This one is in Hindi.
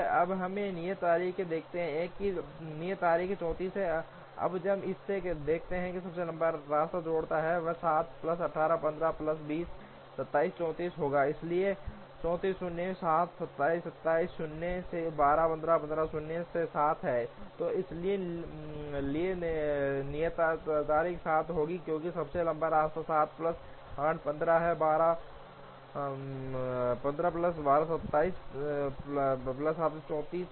अब हम नियत तारीखों को देखते हैं नियत तारीख 34 है अब जब हम इसे देखते हैं सबसे लंबा रास्ता जो जोड़ता है वह 7 प्लस 8 15 प्लस 10 27 34 होगा इसलिए 34 शून्य से 7 27 27 शून्य से 12 15 15 शून्य से 7 है तो इसके लिए नियत तारीख 7 होगी क्योंकि सबसे लंबा रास्ता 7 प्लस 8 15 प्लस 12 27 प्लस 7 34 है